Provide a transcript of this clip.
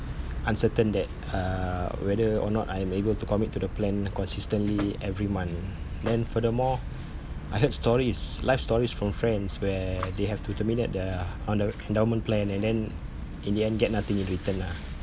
uncertain that uh whether or not I'm able to commit to the plan consistently every month and furthermore I heard stories life stories from friends where they have to terminate the on the endowment plan and then in the end get nothing in return lah